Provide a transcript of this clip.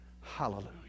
Hallelujah